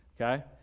okay